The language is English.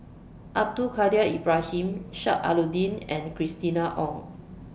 Abdul Kadir Ibrahim Sheik Alau'ddin and Christina Ong